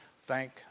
thank